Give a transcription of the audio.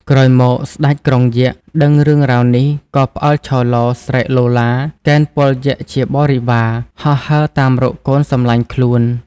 ក្រោយមក ស្ដេចក្រុងយក្ខ ដឹងរឿងរ៉ាវនេះ ក៏ផ្អើលឆោឡោ ស្រែកឡូឡា កេណ្ឌពលយក្ខជាបរិវារ ហោះហើរតាមរកកូនសំឡាញ់ខ្លួន។